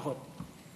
נכון.